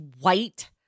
white